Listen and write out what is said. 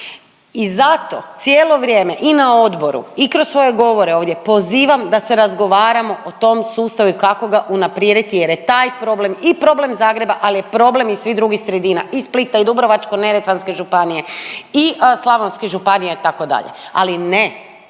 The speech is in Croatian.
I zato cijelo vrijeme i na odboru i kroz svoje govore ovdje pozivam da se razgovaramo o tom sustavu i kako ga unaprijediti jer je taj problem i problem Zagreba, ali je problem i svih drugih sredina i Splita i Dubrovačko-neretvanske županije i Slavonskih županija itd., ali ne,